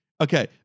Okay